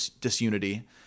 disunity